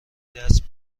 دست